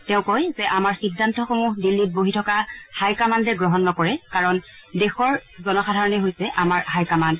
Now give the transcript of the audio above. তেওঁ কয় যে আমাৰ সিদ্ধান্তসমূহ দিল্লীত বহি থকা হাইকামাণ্ডে গ্ৰহণ নকৰে কাৰণ দেশৰ জনসাধাৰণেই আমাৰ হাইকামাণ্ড